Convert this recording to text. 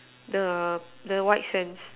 the the whitesands